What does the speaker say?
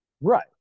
Right